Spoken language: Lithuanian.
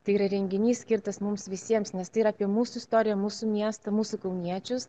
tai yra renginys skirtas mums visiems nes tai yra apie mūsų istoriją mūsų miestą mūsų kauniečius